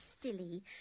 silly